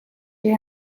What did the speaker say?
fer